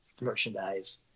merchandise